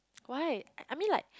why I mean like